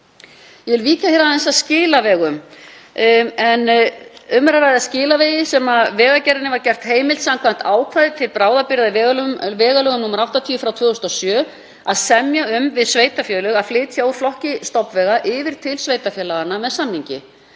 Ég vil víkja aðeins að skilavegum. Um er að ræða skilavegi sem Vegagerðinni var gert heimilt samkvæmt ákvæði til bráðabirgða í vegalögum, nr. 80/2007, að semja um við sveitarfélög að flytja úr flokki stofnvega yfir til sveitarfélaganna með samningi.